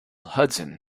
hudson